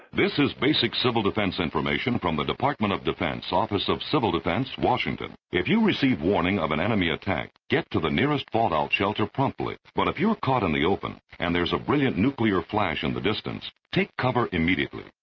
this is basic civil defence information from the department of defense, office of civil defense, washington. if you receive warning of an enemy attack, get to the nearest fallout shelter promptly. but if you're caught in the open and there's a brilliant nuclear flash in the distance, take cover immediately.